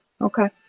Okay